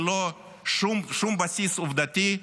ללא שום בסיס עובדתי,